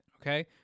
Okay